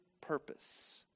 purpose